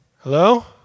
Hello